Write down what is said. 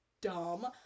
Dumb